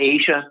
Asia